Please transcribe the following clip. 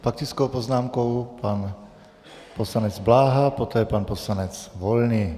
S faktickou poznámkou pan poslanec Bláha, poté pan poslanec Volný.